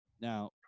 Now